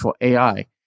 AI